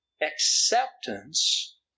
acceptance